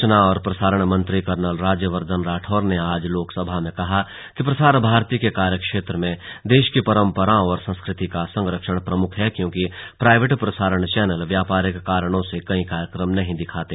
सुचना और प्रसारण मंत्री कर्नल राज्य वर्धन राठौड ने आज लोकसभा में कहा कि प्रसार भारती के कार्यक्षेत्र में देश की परंपराओं और संस्कृति का संरक्षण प्रमुख है क्योकि प्राइवेट प्रसारण चैनल व्यापारिक कारणों से कई कार्यक्रम नहीं दिखाते